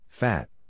Fat